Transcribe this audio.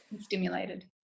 stimulated